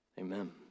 amen